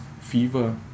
fever